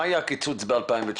מה היה הקיצוץ ב-2019?